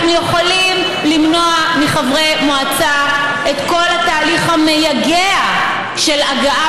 אנחנו יכולים למנוע מחברי מועצה את כל התהליך המייגע של הגעה,